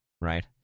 right